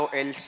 el